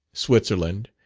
switzerland,